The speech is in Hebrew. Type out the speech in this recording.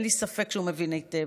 אין לי ספק שהוא מבין היטב,